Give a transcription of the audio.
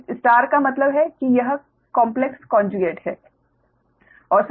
तो स्टार का मतलब है कि यह कॉम्प्लेक्स कोंजुगेट है